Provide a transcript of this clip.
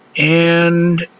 and